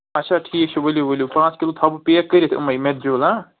اَچھا ٹھیٖک چھُ ؤلِو ؤلِو پانٛژھ کِلو تھاو بہٕ پیک کٔرِتھ یِمے میجوٗل ہاں